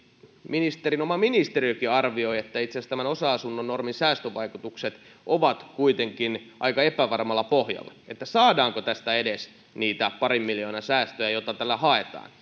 ministerin oma ministeriökin arvioi että itse asiassa tämän osa asunnon normin säästövaikutukset ovat kuitenkin aika epävarmalla pohjalla saadaanko tästä edes niitä parin miljoonan säästöjä joita tällä haetaan